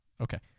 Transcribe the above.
Okay